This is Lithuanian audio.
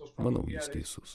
manau jis teisus